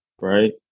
right